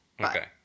Okay